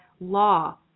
law